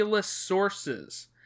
sources